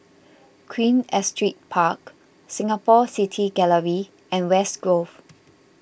Queen Astrid Park Singapore City Gallery and West Grove